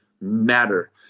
matter